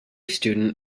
student